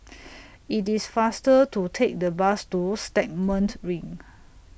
IT IS faster to Take The Bus to Stagmont Ring